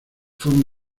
forma